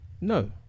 No